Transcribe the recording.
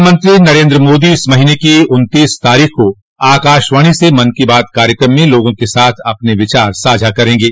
प्रधानमंत्री नरेन्द्र मोदी इस महीने की उन्तीस तारीख को आकाशवाणी से मन की बात कार्यक्रम में लोगों के साथ अपन विचार साझा करेंगे